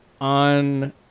on